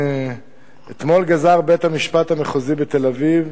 אתמול גזר בית-המשפט המחוזי בתל-אביב